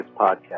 Podcast